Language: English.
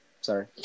sorry